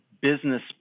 business